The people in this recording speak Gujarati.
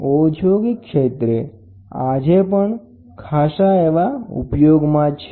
આ ઔદ્યોગિક પ્રકારનું મેનોમીટર આજે પણ ઉપયોગમાં છે